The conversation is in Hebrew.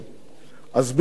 אז ביבי הבטיח.